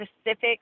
specific